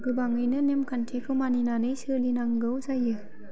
गोबाङैनो नेमखान्थिखौ मानिनानै सोलिनांगौ जायो